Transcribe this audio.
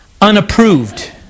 Unapproved